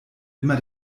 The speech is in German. immer